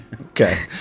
Okay